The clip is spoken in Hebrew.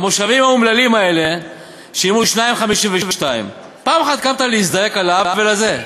והמושבים האומללים האלה שילמו 2.52. פעם אחת קמת להזדעק על העוול הזה?